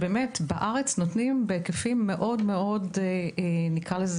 ובארץ נותנים אותה בהיקפים מאוד גדולים.